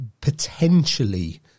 potentially